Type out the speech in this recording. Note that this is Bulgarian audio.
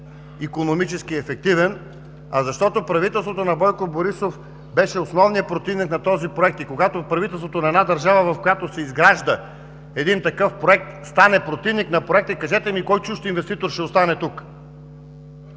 неикономически ефективен, а защото правителството на Бойко Борисов беше основният противник на този проект. И когато от правителството на една държава, в която се изгражда един такъв проект, стане противник на проекта, кажете ми кой чужд инвеститор ще остане тук?